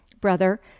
Brother